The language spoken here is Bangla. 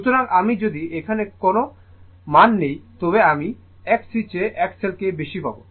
সুতরাং আমি যদি এখান থেকে কোনও মান নিই তবে আমি XC চেয়ে XL কে বেশি পাব